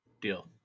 deal